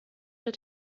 der